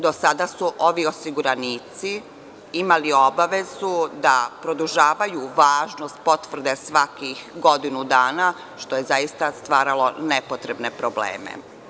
Do sada su ovi osiguranici imali obavezu da produžavaju važnost potvrde svakih godinu dana, što je zaista stvaralo nepotrebne probleme.